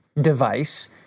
device